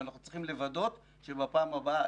ואנחנו צריכים לוודא שבפעם הבאה,